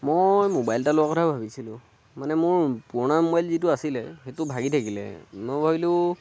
মই ম'বাইল এটা লোৱা কথা ভাবিছিলোঁ মানে মোৰ পুৰণা ম'বাইল যিটো আছিলে সেইটো ভাগি থাকিলে মই ভাবিলোঁ